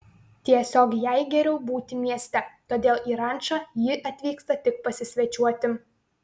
tiesiog jai geriau būti mieste todėl į rančą ji atvyksta tik pasisvečiuoti